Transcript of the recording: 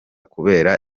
kubera